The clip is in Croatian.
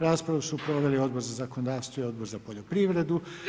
Raspravu su proveli Odbor za zakonodavstvo i Odbor za poljoprivredu.